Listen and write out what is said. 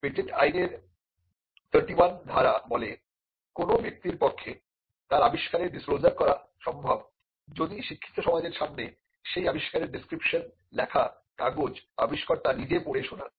patent আইনের 31ধারা বলে কোন ব্যক্তির পক্ষে তার আবিষ্কারের ডিসক্লোজার করা সম্ভব যদি শিক্ষিত সমাজের সামনে সেই আবিষ্কারের ডেসক্রিপশন লেখা কাগজ আবিষ্কর্তা নিজে পড়ে শোনান